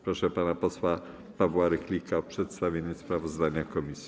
Proszę pana posła Pawła Rychlika o przedstawienie sprawozdania komisji.